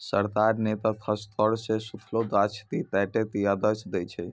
सरकार नॅ त खासतौर सॅ सूखलो गाछ ही काटै के आदेश दै छै